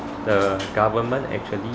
the government actually